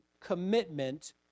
commitment